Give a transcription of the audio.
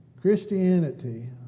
Christianity